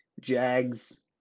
Jags